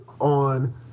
on